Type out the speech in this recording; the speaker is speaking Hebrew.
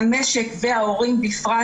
המשק וההורים בפרט,